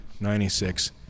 96